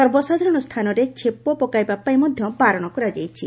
ସର୍ବସାଧାରଣ ସ୍ଥାନରେ ଛେପ ପକାଇବାପାଇଁ ମଧ୍ୟ ବାରଣ କରାଯାଇଛି